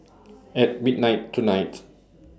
At midnight tonight